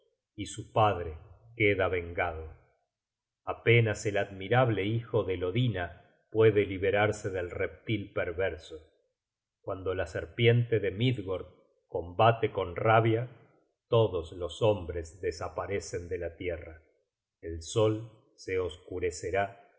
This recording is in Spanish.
y su padre queda vengado apenas el admirable hijo de lodyna puede librarse del reptil perverso cuando la serpiente de midgord combate con rabia todos los hombres desaparecen de la tierra ei sol se oscurecerá